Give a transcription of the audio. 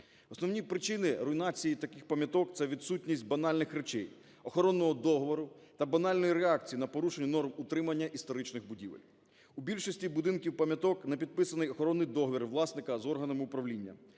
Основні причини руйнації таких пам'яток – це відсутність банальних речей: охоронного договору та банальної реакції на порушення норм утримання історичних будівель. У більшості будинків пам'яток не підписаний охоронний договір власника з органами управління.